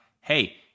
Hey